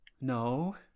No